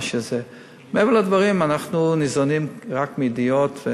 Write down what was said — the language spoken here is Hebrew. מעבר לדברים, אנחנו ניזונים רק מידיעות.